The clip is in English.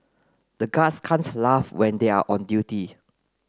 the guards can't laugh when they are on duty